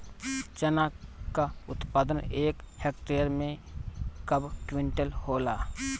चना क उत्पादन एक हेक्टेयर में कव क्विंटल होला?